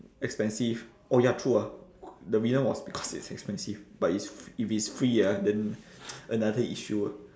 expensive oh ya true ah the reason was because it's expensive but it's if it's free ah then another issue ah